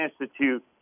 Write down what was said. Institute